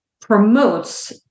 promotes